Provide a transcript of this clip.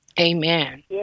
Amen